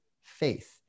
faith